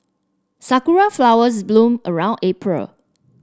sakura flowers bloom around April